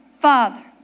Father